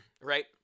right